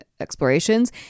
explorations